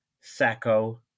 Sacco